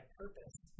purpose